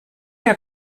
herr